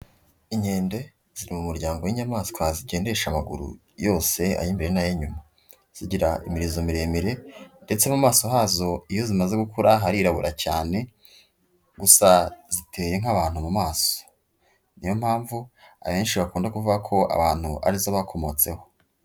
Inkende ziri mu muryango w'inyamaswa zigendesha amaguru yose ay'imbere n'ay'inyuma. Zigira imirizo miremire ndetse no mu maso hazo iyo zimaze gukura harirabura cyane, gusa ziteye nk'abantu mu maso. Niyo mpamvu abenshi bakunda kuvuga ko abantu ari zo bakomotseho.